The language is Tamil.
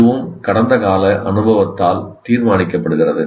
இதுவும் கடந்த கால அனுபவத்தால் தீர்மானிக்கப்படுகிறது